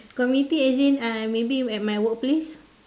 community as in uh maybe at my workplace